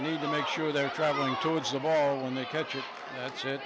need to make sure they're travelling towards the bowl when they catch it that's it